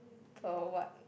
pearl what